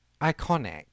iconic